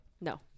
No